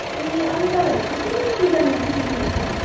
ए अनि तपाईँहरूले चाहिँ कुन कुन सिजनमा चाहिँ टिप्नुहुन्छ